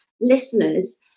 listeners